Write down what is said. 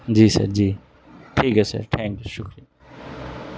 جی sir جی ٹھیک ہے سر ٹھینک یو شکریہ